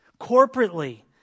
corporately